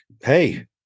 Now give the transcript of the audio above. hey